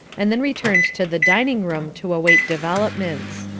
and then returned to the dining-room to await developments.